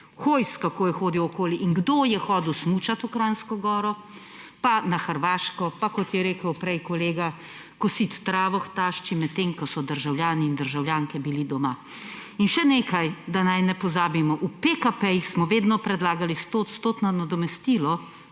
Hojs, kako je hodil okoli? In kdo je hodil smučat v Kranjsko Goro? Pa na Hrvaško? Pa kot je rekel prej kolega, kosit travo k tašči, medtem ko so državljani in državljanke bili doma. In še nekaj, da naj ne pozabimo, v PKP-jih smo vedno predlagali stoodstotno nadomestilo